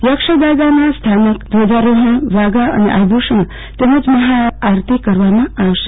યક્ષદાદાના સ્થાનકે ધ્વજારોહણવાધા અને આભુષણો તેમજ મહાઆરતી કરવામાં આવશે